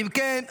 אם כן,